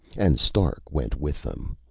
and stark went with them.